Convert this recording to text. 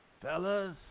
Fellas